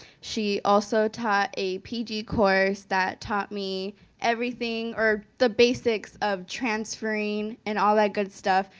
she also taught a pg course that taught me everything or the basics of transferring and all that good stuff.